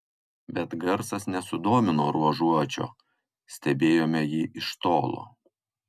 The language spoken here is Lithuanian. bet garsas nesudomino ruožuočio stebėjome jį iš tolo